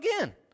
again